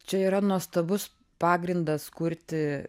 čia yra nuostabus pagrindas kurti